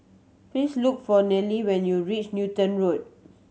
please look for Nelie when you reach Newton Road